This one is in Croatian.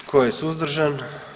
Tko je suzdržan?